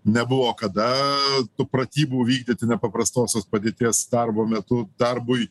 nebuvo kada tų pratybų vykdyti nepaprastosios padėties darbo metu darbui